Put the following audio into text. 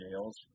jails